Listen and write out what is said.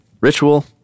ritual